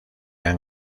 han